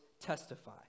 testify